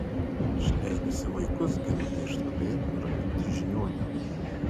išleidusi vaikus genutė išskubėjo nuraminti žiniuonio